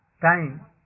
time